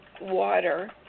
water